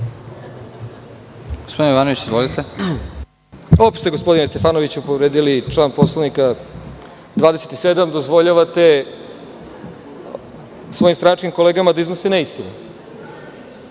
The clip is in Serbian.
**Čedomir Jovanović** Opet ste, gospodine Stefanoviću, povredili član poslovnika 27. Dozvoljavate svojim stranačkim kolegama da iznose neistinu.